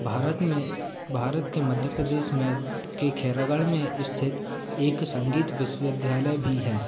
भारत में भारत के मध्य प्रदेश में के खैरागढ़ में स्थित एक संगीत विश्वविद्यालय भी है